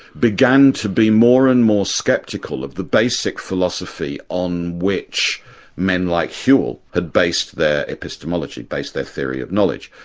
began to be more and more sceptical of the basic philosophy on which men like whewell had based their epistemology, based their theory of knowledge.